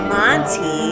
Monty